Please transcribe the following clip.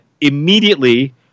immediately